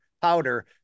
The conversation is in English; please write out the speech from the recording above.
powder